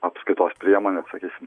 apskaitos priemones sakysim